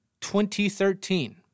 2013